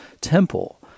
temple